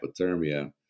hypothermia